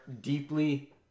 deeply